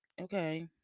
Okay